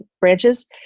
branches